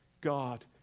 God